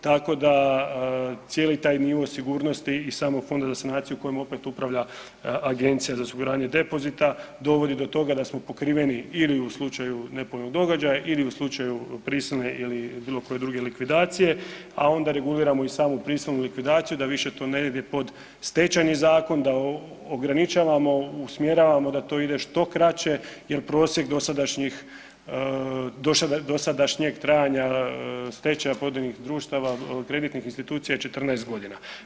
Tako da cijeli taj nivo sigurnosti i samog Fonda za sanaciju kojim opet upravlja Agencija za osiguranje depozita dovodi do toga da smo pokriveni ili u slučaju nepovoljnog događaja ili u slučaju prisilne ili bilo koje druge likvidacije, a onda reguliramo i samu prisilnu likvidaciju da više to ne ide pod Stečajni zakon, da ograničavamo, usmjeravamo da to ide što kraće jer prosjek dosadašnjih, dosadašnjeg trajanja stečaja pojedinih društava kreditnih institucija je 14 godina.